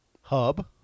Hub